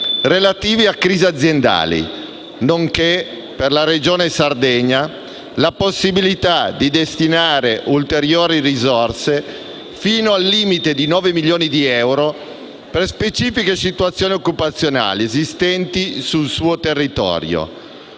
relativi a crisi aziendali, nonché, per la Regione Sardegna, la possibilità di destinare ulteriori risorse, fino al limite di 9 milioni di euro, per specifiche situazioni occupazionali esistenti sul suo territorio